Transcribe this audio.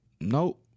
nope